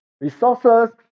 resources